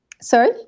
Sorry